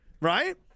right